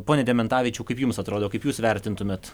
pone dementavičiau kaip jums atrodo kaip jūs vertintumėt